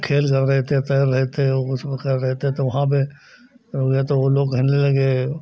खेल कर रहे थे तैर रहे थे उसमें कर रहे थे तो वहाँ पर ओ गए तो वह लोग कहने लगे